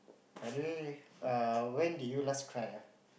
by the way err when did you last cry ah